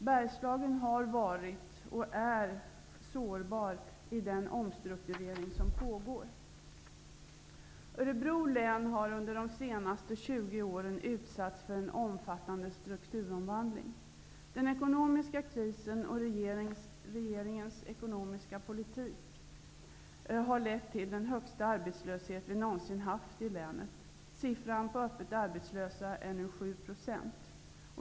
Bergslagen har varit och är sårbar i den omstrukturering som pågår. Örebro län har under de senaste 20 åren utsatts för en omfattande strukturomvandling. Den ekonomiska krisen och regeringens ekonomiska politik har lett till den högsta arbetslöshet vi någonsin haft i länet. Siffran för öppet arbetslösa är nu 7 %.